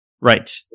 Right